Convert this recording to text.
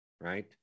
right